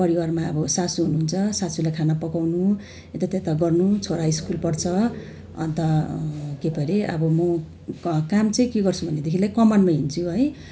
परिवारमा अबब सासू हुनुहुन्छ सासूलाई खाना पकाउनु यतात्यता गर्नु छोरा स्कुल पढ्छ अन्त के पो अरे अब म काम चाहिँ के गर्छु भनेदेखिलाई कमानमा हिँड्छु है